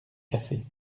cafés